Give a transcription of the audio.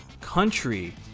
country